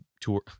tour